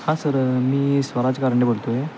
हा सर मी स्वराज कारंडे बोलतो आहे